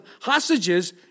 hostages